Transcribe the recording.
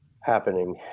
happening